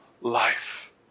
life